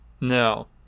No